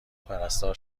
پرستار